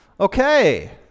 Okay